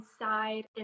inside